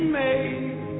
made